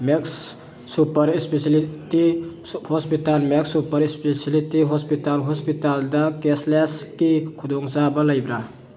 max super speciality hospital Max super speciality hospital ꯍꯣꯁꯄꯤꯇꯜꯗ cashless ꯀꯤ ꯈꯨꯗꯣꯡꯆꯥꯕ ꯂꯩꯕ꯭ꯔꯥ